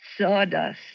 Sawdust